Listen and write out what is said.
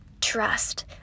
trust